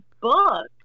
book